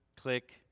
click